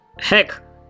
Heck